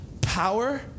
power